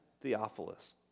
Theophilus